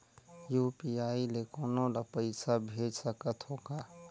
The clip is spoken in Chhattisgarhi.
यू.पी.आई ले कोनो ला पइसा भेज सकत हों का?